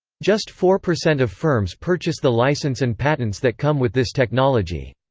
just four percent of firms purchase the license and patents that come with this technology.